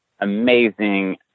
amazing